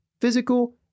physical